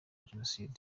jenoside